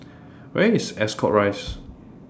Where IS Ascot Rise